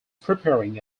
preparing